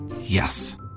Yes